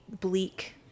bleak